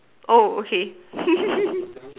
oh okay